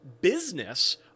business